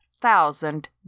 thousand